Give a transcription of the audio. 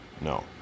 No